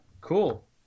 Cool